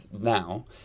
now